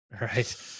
Right